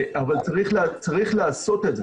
אבל צריך לעשות את זה.